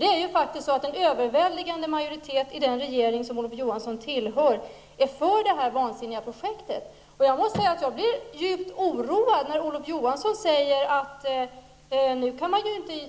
Det är faktiskt så att den överväldigande majoriteten i den regering som Olof Johansson tillhör är för det vansinniga projektet. Jag måste säga att jag blev djupt oroad när Olof Johansson sade att han inte kan att